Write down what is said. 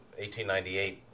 1898